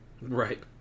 Right